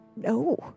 no